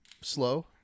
slow